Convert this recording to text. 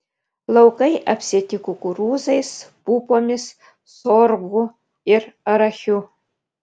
laukai apsėti kukurūzais pupomis sorgu ir arachiu